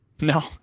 No